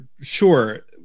Sure